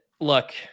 look